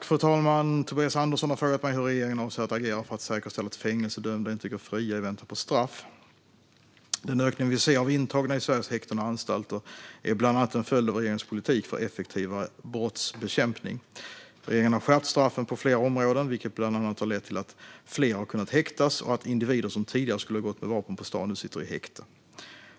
Fru talman! Tobias Andersson har frågat mig hur regeringen avser att agera för att säkerställa att fängelsedömda inte går fria i väntan på straff. Den ökning vi ser av intagna i Sveriges häkten och anstalter är bland annat en följd av regeringens politik för effektivare brottsbekämpning. Regeringen har skärpt straffen på flera områden, vilket bland annat har lett till att fler har kunnat häktas och att individer som tidigare skulle ha gått med vapen på stan nu sitter i häkte.